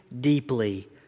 deeply